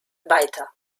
weiter